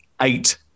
eight